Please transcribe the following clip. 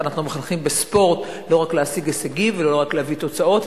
אנחנו מחנכים בספורט לא רק להשיג הישגים ולא רק להביא תוצאות,